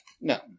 No